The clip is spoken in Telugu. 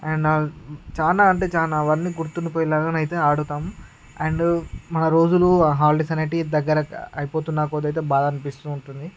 అండ్ అ చాలా అంటే చాలా అవన్నీ గుర్తుండిపోయేలాగా అయితే ఆడుతాం అండ్ మన రోజులు హాలిడేస్ అనేవి దగ్గర అయిపోతున్నాకొదైతే బాధ అనిపిస్తు ఉంటుంది